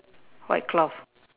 white cloth